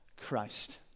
Christ